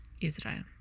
Israel